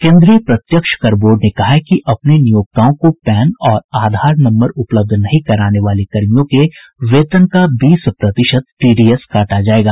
केंद्रीय प्रत्यक्ष कर बोर्ड ने कहा है कि अपने नियोक्ताओं को पैन और आधार नम्बर नहीं उपलब्ध कराने वाले कर्मियों के वेतन का बीस प्रतिशत टीडीएस काटा जायेगा